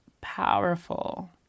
powerful